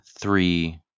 three